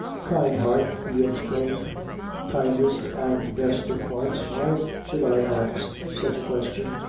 kind heart! he exclaimed kindest and best of hearts, why should i ax such a question?